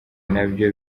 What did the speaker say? nabyo